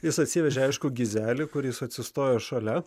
jis atsivežė aišku gizelį kuris atsistojo šalia